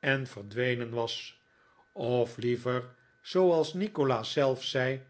en verdwenen was of liever zooals nikolaas zelf zei